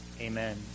Amen